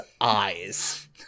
eyes